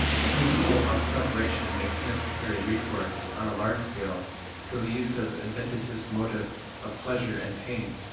the principle of preparation makes necessary recourse on a large scale to the use of adventitious motives of pleasure and pain.